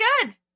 good